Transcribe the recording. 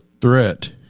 threat